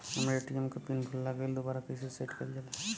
हमरे ए.टी.एम क पिन भूला गईलह दुबारा कईसे सेट कइलजाला?